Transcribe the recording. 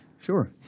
Sure